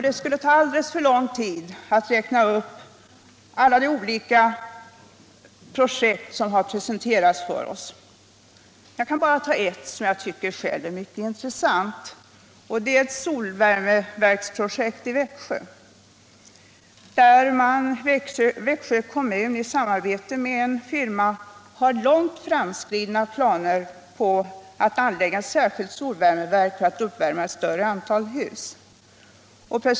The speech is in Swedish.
Det skulle ta alldeles för lång tid att räkna upp alla de olika projekt som har presenterats för oss. Jag kan ta ett exempel som jag själv tycker är mycket intressant. Det är ett solvärmeprojekt i Växjö där Växjö kommun i samarbete med en firma har långt framskridna planer på att anlägga ett särskilt solvärmeverk för att uppvärma ett större antal hus.